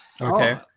Okay